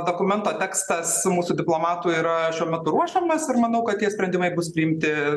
dokumento tekstas mūsų diplomatų yra šiuo metu ruošiamas ir manau kad tie sprendimai bus priimti